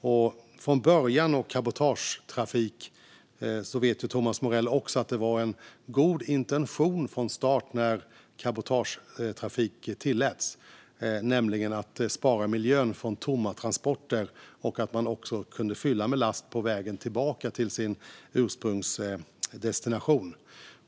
Thomas Morell vet också att intentionen vad god från början när cabotagetrafik tilläts: att bespara miljön tomma transporter och att kunna fylla med last på vägen tillbaka till ursprungsdestinationen.